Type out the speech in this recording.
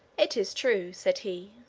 it is true, said he,